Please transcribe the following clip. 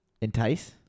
entice